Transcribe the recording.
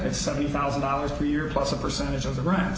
minute seventy thousand dollars per year plus a percentage of the grant